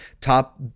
top